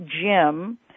Jim